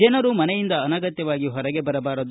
ಜನರು ಮನೆಯಿಂದ ಅನಗತ್ಯವಾಗಿ ಹೊರಗೆ ಬರಬಾರದು